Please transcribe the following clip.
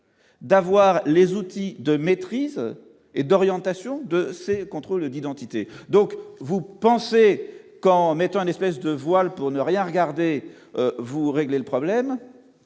d'avoir les outils de maîtrise et d'orientation de ces contrôles d'identité, donc vous pensez qu'en mettant un espèce de voile pour ne rien regardez-vous régler le problème,